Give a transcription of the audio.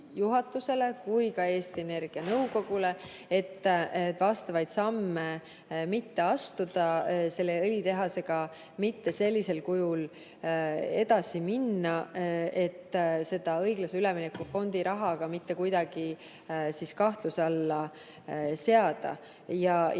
kui ka Eesti Energia nõukogule, et vastavaid samme mitte astuda, selle õlitehasega mitte sellisel kujul edasi minna, et seda õiglase ülemineku fondi raha mitte kuidagi kahtluse alla seada. Ma